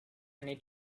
need